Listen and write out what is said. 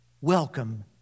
Welcome